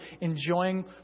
enjoying